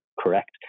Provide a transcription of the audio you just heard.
correct